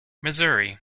missouri